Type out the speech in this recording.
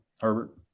Herbert